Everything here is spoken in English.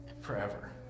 forever